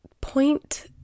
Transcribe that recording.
point